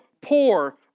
poor